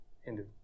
Hindu